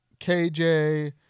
KJ